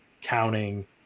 counting